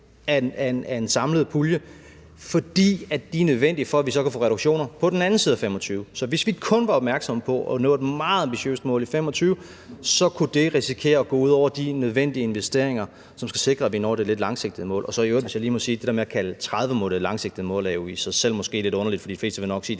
af en samlet pulje, fordi de er nødvendige for, at vi så kan få reduktioner på den anden side af 2025. Så hvis vi kun var opmærksomme på at nå et meget ambitiøst mål i 2025, så kunne det risikere at gå ud over de nødvendige investeringer, som skal sikre, at vi når det lidt langsigtede mål. Og i øvrigt, hvis jeg lige må sige det: Det der med at kalde 2030-målet et langsigtet mål er jo i sig selv måske lidt underligt, fordi de fleste vil nok sige,